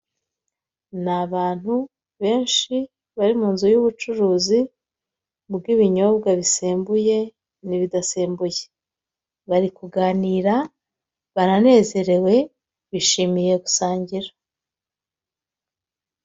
Ni abantu benshi bari mu nzu y'ubucuruzi bw'ibinyobwa bisembuye n'ibidasembuye, bari kuganira, baranezerewe, bishimiye gusangira.